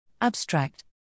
Abstract